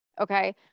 Okay